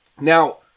Now